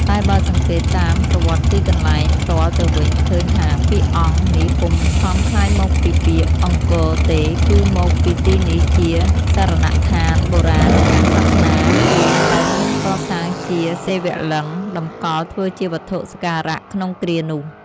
តែបើសង្កេត តាមប្រវត្តិទីកន្លែង ផ្ទាល់ទៅវិញ ឃើញថាពាក្យ "អង្គ" នេះពុំសមក្លាយមកពីពាក្យ "អង្គរ" ទេ គឺមកពីទីនេះជាសរណដ្ឋានបុរាណខាងសាសនាព្រាហ្មណ៍ដោយមានកសាងជាសិវលិង្គ តម្កល់ធ្វើជាវត្ថុសក្ការក្នុងគ្រានោះ ។